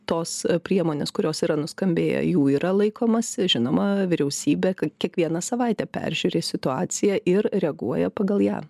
tos priemonės kurios yra nuskambėję jų yra laikomasi žinoma vyriausybė kiekvieną savaitę peržiūri situaciją ir reaguoja pagal ją